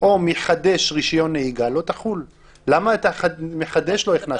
ומותר לך לחשוב כרצונך גם אם חברי הכנסת